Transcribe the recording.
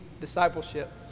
discipleship